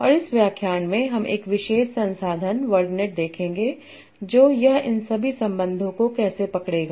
और इस व्याख्यान में हम एक विशेष संसाधन वर्डनेट देखेंगे जो यह इन सभी संबंधों को कैसे पकड़ेगा